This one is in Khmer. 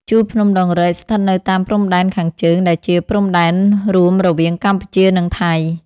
ជួរភ្នំដងរែក ស្ថិតនៅតាមព្រំដែនខាងជើង ដែលជា ព្រំដែនរួមរវាងកម្ពុជា និង ថៃ ។